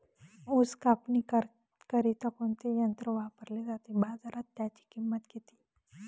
ऊस कापणीकरिता कोणते यंत्र वापरले जाते? बाजारात त्याची किंमत किती?